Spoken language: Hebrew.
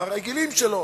הרגילים שלו,